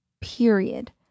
period